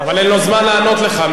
אבל אין לו זמן לענות לך,